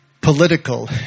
political